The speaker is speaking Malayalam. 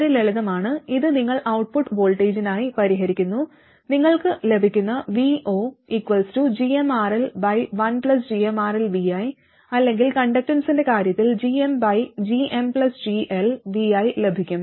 വളരെ ലളിതമാണ് ഇത് നിങ്ങൾ ഔട്ട്പുട്ട് വോൾട്ടേജിനായി പരിഹരിക്കുന്നു നിങ്ങൾക്ക് ലഭിക്കുന്നത് vogmRL1gmRLvi അല്ലെങ്കിൽ കണ്ടക്ടൻസ്ന്റെ കാര്യത്തിൽ gmgmGLvi ലഭിക്കും